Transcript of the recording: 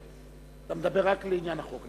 אתה מדבר רק לעניין החוק,